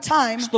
time